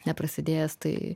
neprasidėjęs tai